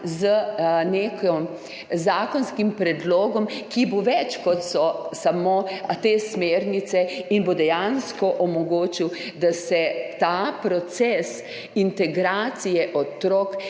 z nekim zakonskim predlogom, ki bo več kot so samo te smernice in bo dejansko omogočil, da se ta proces integracije otrok